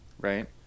right